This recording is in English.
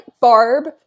Barb